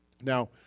Now